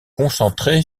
concentré